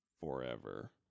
Forever